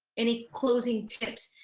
any closing tips,